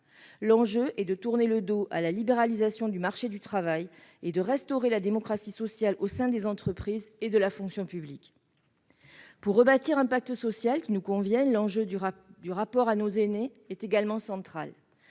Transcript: L'enjeu est de tourner le dos à la libéralisation du marché du travail et de restaurer la démocratie sociale au sein des entreprises et de la fonction publique. Pour rebâtir un pacte social qui nous convienne, l'enjeu du rapport à nos aînés est également central.